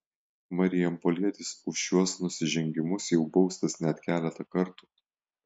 marijampolietis už šiuos nusižengimus jau baustas net keletą kartų